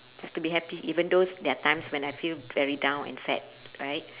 just to be happy even thoughs there are times when I feel very down and sad right